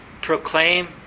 proclaim